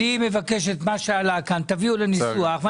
אני מבקש שתביאו לניסוח את מה שעלה כאן,